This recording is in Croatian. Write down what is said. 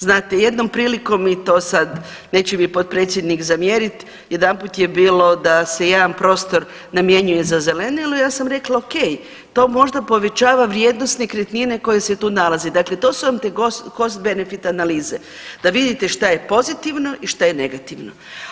Znate jednom prilikom i to sad neće mi potpredsjednik zamjerit jedanput je bilo da se jedan prostor namjenjuje za zelenilo, ja sam rekla ok, to možda povećava vrijednost nekretnine koja se tu nalazi, dakle to su vam te cost benefit analize da vidite šta je pozitivno i šta je negativno.